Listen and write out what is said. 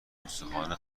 گستاخانه